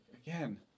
Again